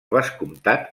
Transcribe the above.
vescomtat